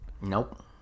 Nope